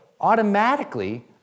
automatically